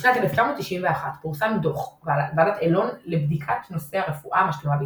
בשנת 1991 פורסם דו"ח ועדת אלון לבדיקת נושא הרפואה המשלימה בישראל.